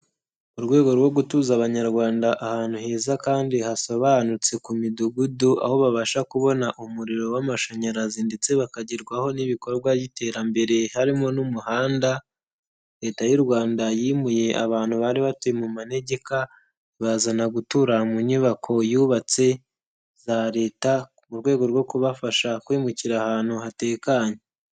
Mu rwego rwo gutuza abanyarwanda ahantu heza kandi hasobanutse ku midugudu aho babasha kubona umuriro w'amashanyarazi ndetse bakagerwaho n'ibikorwa by'iterambere harimo n'umuhanda, Leta y'u Rwanda yimuye abantu bari batuye mu manegeka, ibazana gutura mu nyubako yubatse za Leta mu rwego rwo kubafasha kwimukira ahantu hatekanye.